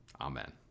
Amen